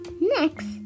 Next